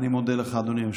אני מודה לך, אדוני היושב-ראש.